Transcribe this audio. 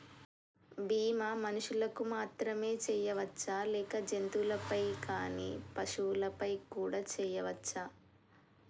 బీమా మనుషులకు మాత్రమే చెయ్యవచ్చా లేక జంతువులపై కానీ వస్తువులపై కూడా చేయ వచ్చా?